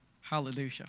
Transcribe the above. Hallelujah